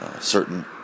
certain